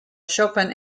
chopin